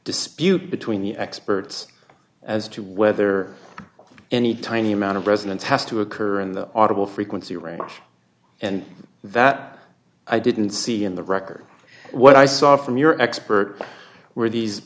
dispute between the experts as to whether any tiny amount of resonance has to occur in the audible frequency range and that i didn't see in the record what i saw from your expert were these